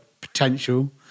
potential